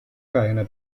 cadena